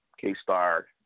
K-Star